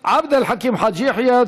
עבד אל חכים חאג' יחיא.